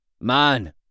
Man